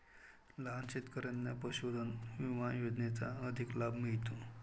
लहान शेतकऱ्यांना पशुधन विमा योजनेचा अधिक लाभ मिळतो